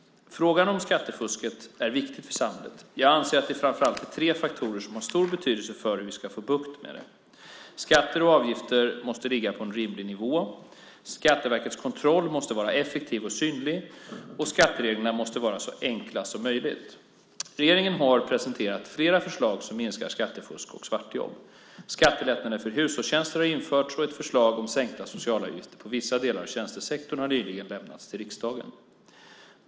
Frågan om skattefusket är viktig för samhället. Jag anser att det framför allt är tre faktorer som har stor betydelse för hur vi ska få bukt med det. Skatter och avgifter måste ligga på en rimlig nivå, Skatteverkets kontroll måste vara effektiv och synlig och skattereglerna måste vara så enkla som möjligt. Regeringen har presenterat flera förslag som minskar skattefusk och svartjobb. Skattelättnader för hushållstjänster har införts och ett förslag om sänkta socialavgifter på vissa delar av tjänstesektorn har nyligen lämnats till riksdagen.